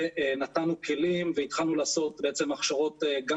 ונתנו כלים והתחלנו לעשות בעצם הכשרות גם